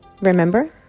Remember